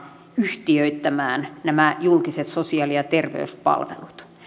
yhtiöittämään nämä julkiset sosiaali ja terveyspalvelut